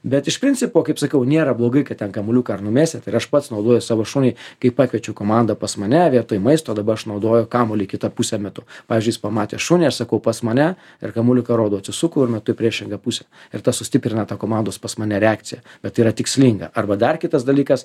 bet iš principo kaip sakiau nėra blogai kad ten kamuoliuką ar numesit ir aš pats naudoju savo šuniui kai pakviečiu komandą pas mane vietoj maisto dabar aš naudoju kamuolį kita puse metu pavyzdžiui jis pamatęs šunį aš sakau pas mane ir kamuoliuką rodau atsisuku ir metu į priešingą pusę ir tas sustiprina tą komandos pas mane reakciją bet tai yra tikslinga arba dar kitas dalykas